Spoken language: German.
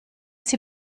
sie